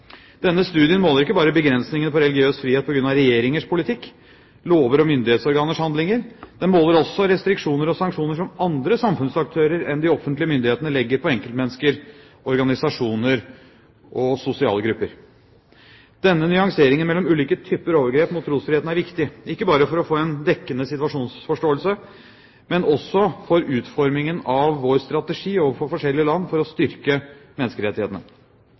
Denne studien måler ikke bare begrensningene på religiøs frihet på grunn av regjeringers politikk, lover og myndighetsorganers handlinger. Den måler også restriksjoner og sanksjoner som andre samfunnsaktører enn de offentlige myndigheter legger på enkeltmennesker, organisasjoner og sosiale grupper. Denne nyanseringen mellom ulike typer overgrep mot trosfriheten er viktig, ikke bare for å få en dekkende situasjonsforståelse, men også for utformingen av vår strategi overfor forskjellige land for å styrke menneskerettighetene.